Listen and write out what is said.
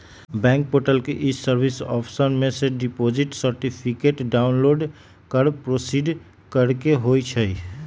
bank portal के e service option में से डिपॉजिट सर्टिफिकेट डाउनलोड कर प्रोसीड करेके होइ छइ